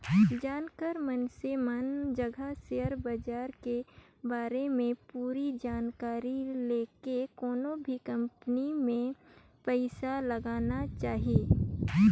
जानकार मइनसे मन जघा सेयर बाजार के बारे में पूरा जानकारी लेके कोनो भी कंपनी मे पइसा लगाना चाही